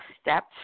steps